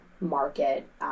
market